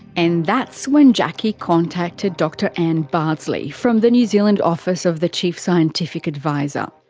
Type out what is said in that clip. and that's when jacki contacted dr ann bardsley from the new zealand office of the chief scientific advisor.